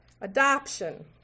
Adoption